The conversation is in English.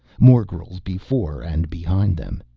morgels before and behind them!